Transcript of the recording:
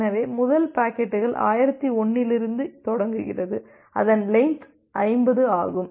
எனவே முதல் பாக்கெட்டுகள் 1001 இலிருந்து தொடங்குகிறது அதன் லென்த் 50 ஆகும்